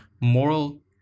Moral